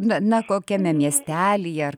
na na kokiame miestelyje ar kaime